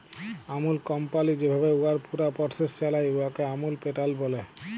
আমূল company যেভাবে উয়ার পুরা পরসেস চালায়, উয়াকে আমূল প্যাটার্ল ব্যলে